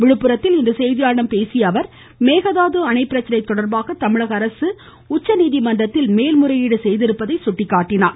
விழுப்புரத்தில் இன்று செய்தியாளர்களிடம் பேசிய அவர் மேகதாது அணை பிரச்சனை தொடர்பாக தமிழக அரசு உச்சநீதிமன்றத்தில் மேல்முறையீடு செய்திருப்பதாக குறிப்பிட்டார்